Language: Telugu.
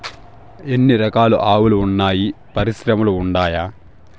ఎన్ని రకాలు ఆవులు వున్నాయి పరిశ్రమలు ఉండాయా?